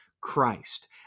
Christ